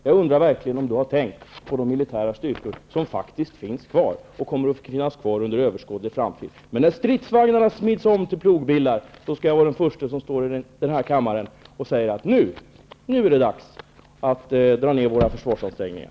Jag undrar verkligen om Martin Nilsson har tänkt efter vilka militära styrkor som faktiskt finns kvar och som kommer att finnas kvar under överskådlig framtid. När stridsvagnarna smids om till plogbillar, skall jag vara den förste som står i denna kammare och säger: Nu är det dags att dra ner våra försvarsansträngningar.